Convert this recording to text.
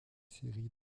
séries